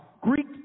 Greek